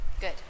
Good